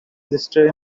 listed